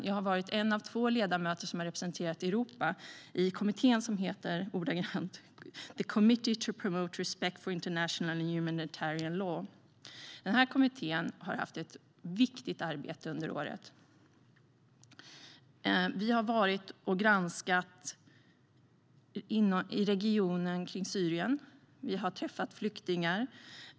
Jag ha varit en av två ledamöter som har representerat Europa i kommittén som ordagrant heter The Committee to Promote Respect for International Humitarian Law. Kommittén har haft ett viktigt arbete under året. Vi har varit och granskat i regionen runt Syrien. Vi har träffat flyktingar.